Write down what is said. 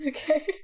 Okay